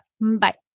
bye